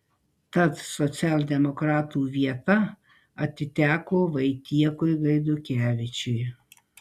tad socialdemokratų vieta atiteko vaitiekui gaidukevičiui